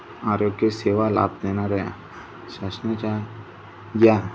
आरोग्य सेवा लाभ देणाऱ्या शासनाच्या या